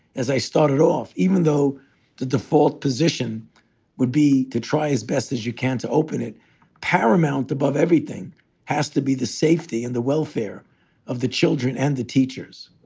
as i started off, even though the default position would be to try as best as you can to open it paramount above everything has to be the safety and the welfare of the children and the teachers